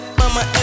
mama